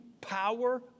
power